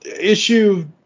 issue